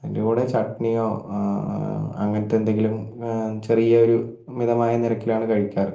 അതിൻ്റെ കൂടെ ചട്ണിയോ അങ്ങനത്തെ എന്തെങ്കിലും ചെറിയൊരു മിതമായ നിരക്കിലാണ് കഴിക്കാറ്